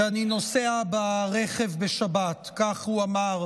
כי אני נוסע ברכב בשבת, כך הוא אמר,